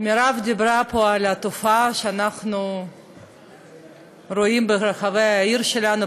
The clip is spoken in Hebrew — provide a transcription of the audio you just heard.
מרב דיברה פה על התופעה שאנחנו רואים ברחבי העיר שלנו,